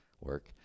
work